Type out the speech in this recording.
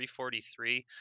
343